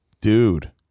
dude